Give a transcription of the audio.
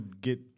get